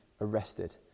arrested